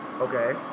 Okay